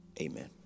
amen